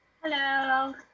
Hello